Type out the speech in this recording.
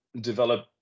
develop